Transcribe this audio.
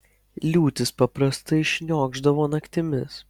liūtys paprastai šniokšdavo naktimis